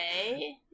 Okay